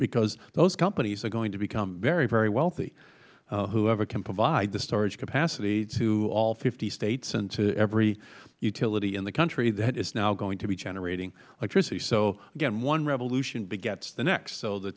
because those companies are going to become very very wealthy whoever can provide the storage capacity to all fifty states and to every utility in the country that is now going to be generating electricity so again one revolution begets the next so the